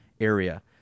area